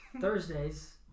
Thursdays